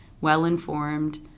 well-informed